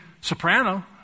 soprano